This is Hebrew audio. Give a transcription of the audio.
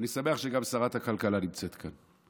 ואני שמח שגם שרת הכלכלה נמצאת כאן.